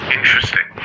interesting